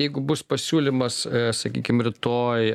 jeigu bus pasiūlymas sakykim rytoj